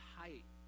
height